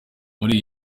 muri